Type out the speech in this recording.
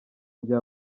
rya